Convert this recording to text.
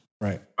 Right